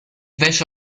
wäsche